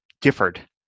differed